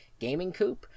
gamingcoop